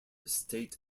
state